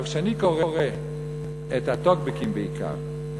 אבל כשאני קורא את הטוקבקים בעיקר,